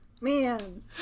Man